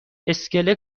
اسکله